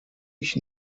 ich